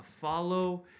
follow